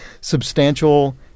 substantial